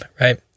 right